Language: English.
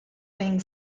wing